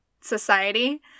society